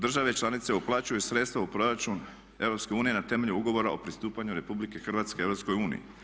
Države članice uplaćuju sredstva u proračun EU na temelju ugovora o pristupanju RH EU.